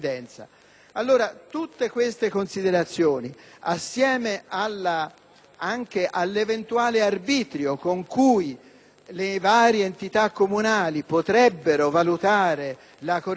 anche all'eventuale arbitrio con cui le varie entità comunali potrebbero valutare la corrispondenza dell'abitazione alle norme igieniche, possono determinare un